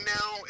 now